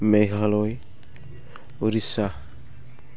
Meghalaya Orissa